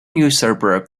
usurper